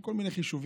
מכל מיני חישובים.